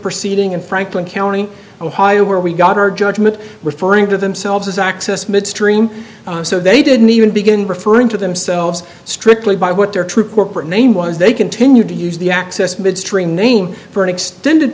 proceeding in franklin county ohio where we got our judgment referring to themselves as access midstream so they didn't even begin referring to themselves strictly by what their true corporate name was they continued to use the access midstream name for an extended